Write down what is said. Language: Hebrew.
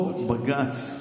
אותו בג"ץ שהזכרת,